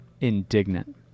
indignant